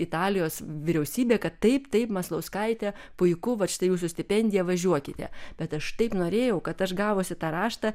italijos vyriausybė kad taip taip maslauskaitė puiku vat štai jūsų stipendiją važiuokite bet aš taip norėjau kad aš gavusi tą raštą